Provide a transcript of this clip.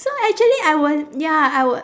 so actually I was ya I w~